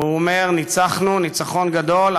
והוא אומר: ניצחנו ניצחון גדול,